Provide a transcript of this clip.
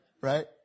right